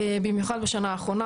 במיוחד בשנה האחרונה,